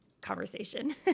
conversation